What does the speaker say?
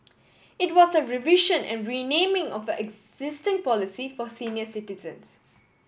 it was a revision and renaming of existing policy for senior citizens